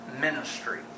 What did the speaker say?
ministry